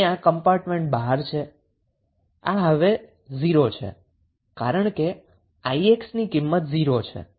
અહીં આ કમ્પાર્ટમેન્ટ બહાર છે આ હવે 0 છે કારણ કે 𝑖𝑥 ની કિંમત 0 છે